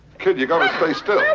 kid, you've gotta stay still.